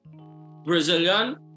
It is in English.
Brazilian